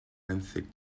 benthyg